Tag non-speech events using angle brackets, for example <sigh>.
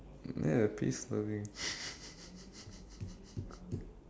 ya peace loving <breath>